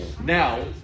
Now